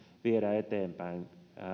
viedä eteenpäin